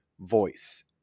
voice